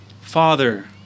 Father